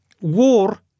war